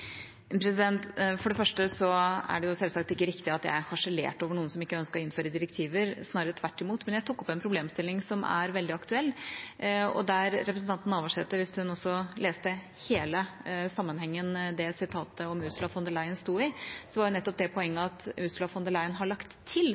For det første er det selvsagt ikke riktig at jeg harselerte over noen som ikke ønsker å innføre direktiver, snarere tvert imot, men jeg tok opp en problemstilling som er veldig aktuell. Hvis representanten Navarsete hadde lest hele sammenhengen sitatet om Ursula von der Leyen sto i, hadde hun sett at Ursula von der Leyen har lagt til